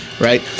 right